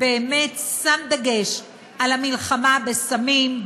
באמת שם דגש על המלחמה בסמים,